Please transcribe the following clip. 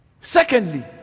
Secondly